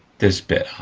this bit